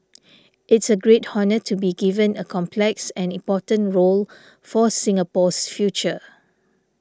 it's a great honour to be given a complex and important role for Singapore's future